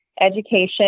education